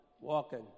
walking